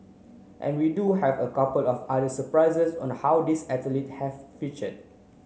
and we do have a couple of other surprises on how these athletes have featured